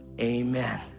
amen